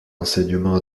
enseignement